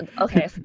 okay